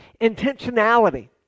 intentionality